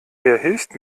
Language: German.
hilft